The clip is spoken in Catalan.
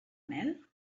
mel